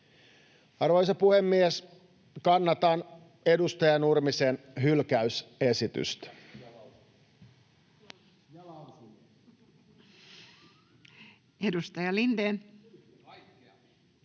Arvoisa puhemies! Kannatan edustaja Nurmisen hylkäysesitystä.